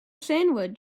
sandwich